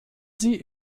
sie